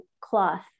cloth